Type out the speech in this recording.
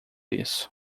isso